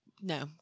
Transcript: No